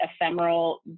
ephemeral